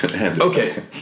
Okay